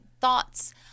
thoughts